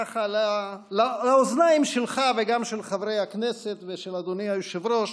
ככה לאוזניים שלך וגם של חברי הכנסת ושל אדוני היושב-ראש,